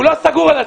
הוא לא סגור על עצמו.